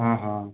ఆహా